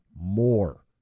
more